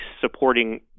supporting